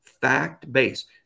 fact-based